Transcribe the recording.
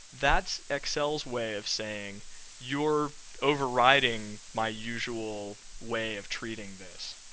that's excel's way of saying you're overriding my usual way of treating this.